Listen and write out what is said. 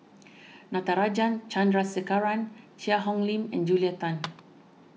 Natarajan Chandrasekaran Cheang Hong Lim and Julia Tan